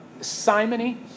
simony